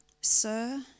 sir